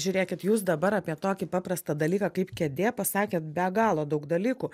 žiūrėkit jūs dabar apie tokį paprastą dalyką kaip kėdė pasakėt be galo daug dalykų